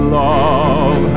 love